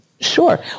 sure